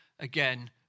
Again